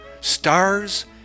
stars